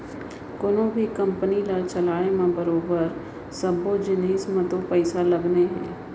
कोनों भी कंपनी ल चलाय म बरोबर सब्बो जिनिस म तो पइसा लगने हे